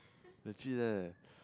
legit eh